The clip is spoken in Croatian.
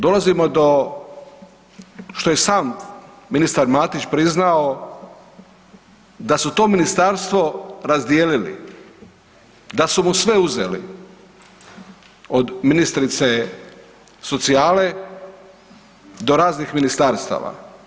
Dolazimo do što je sam ministar Matić priznao da su to Ministarstvo razdijelili, da su mu sve uzeli, od ministrice socijale do raznih ministarstava.